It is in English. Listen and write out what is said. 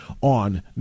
on